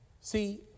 See